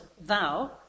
thou